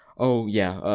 oh yeah. er.